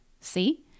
See